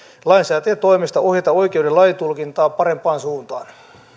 lainsäätäjän toimesta ohjata oikeuden laintulkintaa parempaan suuntaan